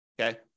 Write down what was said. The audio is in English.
Okay